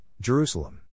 Jerusalem